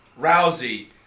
Rousey